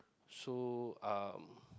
so um